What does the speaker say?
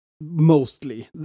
mostly